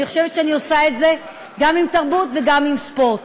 אני חושבת שאני עושה את זה גם בתרבות וגם בספורט.